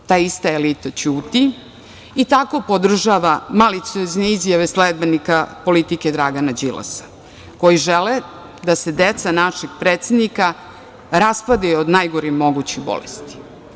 Ta ista elita ćuti i tako podržava maliciozne izjave sledbenika politike Dragana Đilasa, koji žele da se deca našeg predsednika raspadaju od najgorih mogućih bolesti.